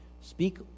Speak